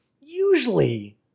usually